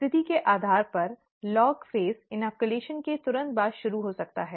स्थिति के आधार पर लॉग चरण इनाक्यलेशन के तुरंत बाद शुरू हो सकता है